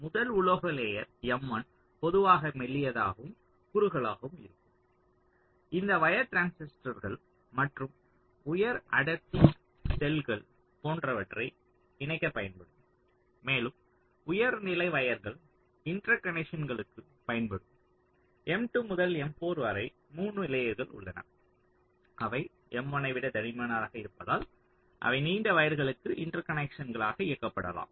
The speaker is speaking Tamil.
முதல் உலோக லேயர் M1 பொதுவாக மெல்லியதாகவும் குறுகலாகவும் இருக்கும் இந்த வயர் டிரான்சிஸ்டர்கள் மற்றும் உயர் அடர்த்தி செல்கள் போன்றவற்றை இணைக்கப் பயன்படும் மேலும் உயர் நிலை வயர்கள் இன்டர்கனக்க்ஷன்ஸ்ன்க்கு பயன்படும் M2 முதல் M4 வரை 3 லேயர்கள் உள்ளன அவை M1 ஐ விட தடிமனாக இருப்பதால் அவை நீண்ட வயர்களுக்கு இன்டர்கனக்க்ஷன்களாக இயக்கப்படலாம்